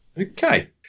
okay